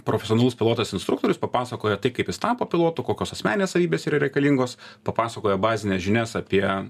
profesionalus pilotas instruktorius papasakoja tai kaip jis tapo pilotu kokios asmeninės savybės yra reikalingos papasakoja bazines žinias apie